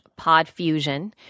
Podfusion